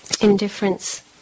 indifference